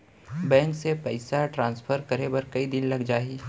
Bank से पइसा transfer करे बर कई दिन लग जाही?